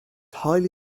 highly